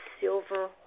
silver